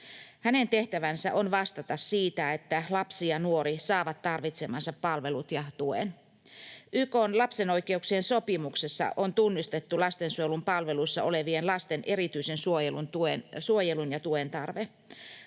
Hänen tehtävänsä on vastata siitä, että lapsi ja nuori saavat tarvitsemansa palvelut ja tuen. YK:n lapsen oikeuksien sopimuksessa on tunnistettu lastensuojelun palveluissa olevien lasten erityisen suojelun ja tuen tarve.